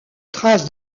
trace